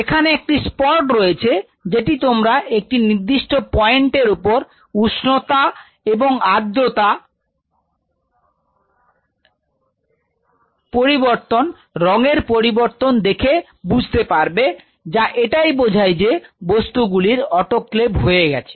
এখানে একটি স্পট রয়েছে যেটি তোমরা একটি নির্দিষ্ট পয়েন্ট এরপর উষ্ণতা ও আদ্রতা রপরিবর্তন রঙের পরিবর্তন দেখে বুঝতে পারবে যা এটাই বোঝাই যে বস্তুগুলি অটোক্লেভ হয়ে গেছে